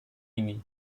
ini